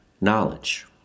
knowledge